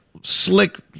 slick